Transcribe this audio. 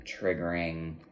triggering